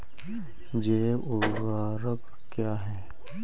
जैव ऊर्वक क्या है?